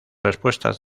respuestas